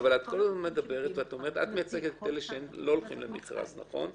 את מייצגת את אלה שלא הולכים למכרז, נכון?